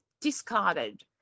discarded